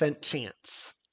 chance